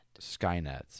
Skynet